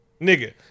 Nigga